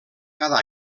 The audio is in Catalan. cada